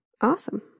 Awesome